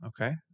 Okay